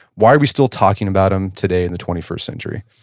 why are we still talking about him today in the twenty first century?